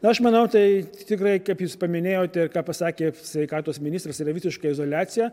na aš manau tai tikrai kaip jūs paminėjote ką pasakė sveikatos ministras yra visiška izoliacija